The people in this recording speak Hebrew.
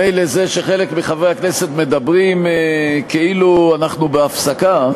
מילא זה שחלק מחברי הכנסת מדברים כאילו אנחנו בהפסקה,